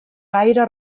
gaire